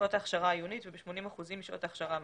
משעות ההכשרה העיונית וב-80 אחוזים משעות ההכשרה המעשית,